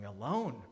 alone